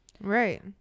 right